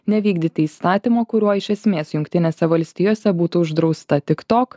nevykdyti įstatymo kuriuo iš esmės jungtinėse valstijose būtų uždrausta tik tok